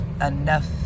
enough